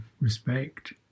respect